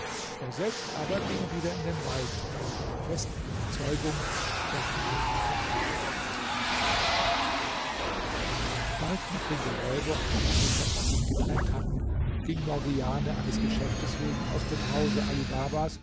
er selbst aber ging wieder in den wald in der festen überzeugung dorten eine gute aufnahme zu finden bald nachdem der räuber und baba mustafa sich getrennt hatten ging morgiane eines geschäftes wegen aus dem hause